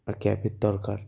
আর ক্যাবের দরকার